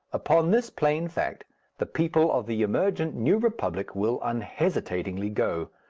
upon this plain fact the people of the emergent new republic will unhesitatingly go.